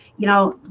you know,